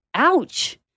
Ouch